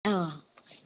অঁ